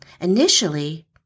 Initially